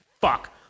Fuck